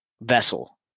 vessel